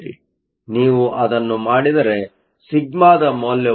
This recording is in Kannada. ಆದ್ದರಿಂದ ನೀವು ಅದನ್ನು ಮಾಡಿದರೆ σ ಮೌಲ್ಯವು 13